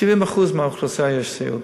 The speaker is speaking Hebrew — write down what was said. ל-70% מהאוכלוסייה יש סיעוד,